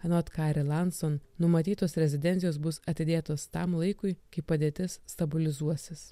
anot kari lanson numatytos rezidencijos bus atidėtos tam laikui kai padėtis stabilizuosis